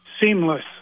seamless